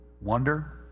wonder